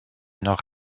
nord